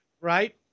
Right